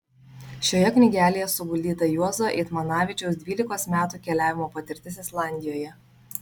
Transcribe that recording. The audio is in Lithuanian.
šioje knygelėje suguldyta juozo eitmanavičiaus dvylikos metų keliavimo patirtis islandijoje